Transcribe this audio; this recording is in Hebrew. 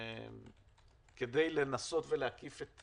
כדי לנסות ולהקיף את